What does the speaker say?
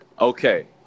Okay